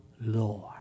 Lord